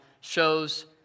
shows